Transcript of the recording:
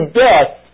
death